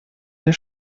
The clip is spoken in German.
der